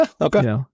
Okay